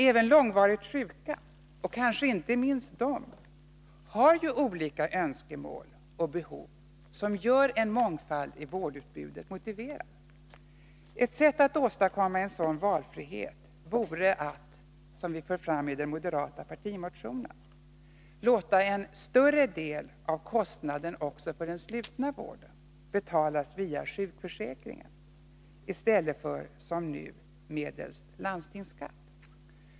Även långvarigt sjuka — och kanske inte minst de — har ju olika önskemål och behov som gör en mångfald i vårdutbudet motiverad. Ett sätt att åstadkomma en sådan valfrihet vore att — som vi för fram i den moderata partimotionen — låta en större del av kostnaden också för den slutna vården betalas via sjukförsäkringen i stället för, som nu är fallet, medelst landstingsskatt.